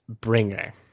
bringer